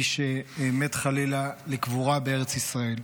מי שמת, חלילה, לקבורה בארץ ישראל.